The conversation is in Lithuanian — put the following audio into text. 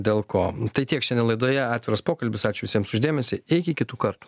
dėl ko tai tiek šiandien laidoje atviras pokalbis ačiū visiems už dėmesį iki kitų kartų